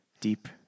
deep